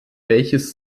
welches